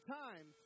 time